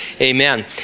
amen